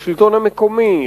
השלטון המקומי,